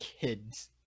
kids